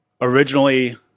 Originally